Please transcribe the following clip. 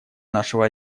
нашего